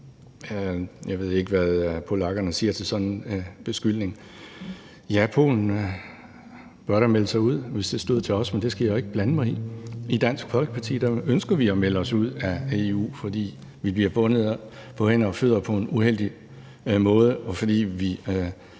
Jeg ved ikke, hvad polakkerne siger til sådan en beskyldning. Ja, Polen burde da melde sig ud, hvis det stod til os, men det skal jeg jo ikke blande mig i. I Dansk Folkeparti ønsker vi at melde os ud af EU, fordi vi bliver bundet på hænder og fødder på en uheldig måde, og fordi vi